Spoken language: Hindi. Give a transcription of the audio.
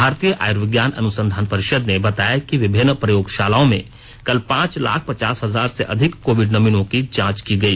भारतीय आयुर्विज्ञान अनुसंधान परिषद ने बताया कि विभिन्न प्रयोगशालाओं में कल पांच लाख पचास हजार से अधिक कोविड नमूनों की जांच की गई